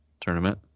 tournament